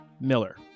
Miller